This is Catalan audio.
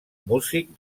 músic